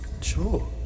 Sure